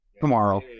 tomorrow